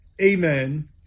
amen